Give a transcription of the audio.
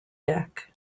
deck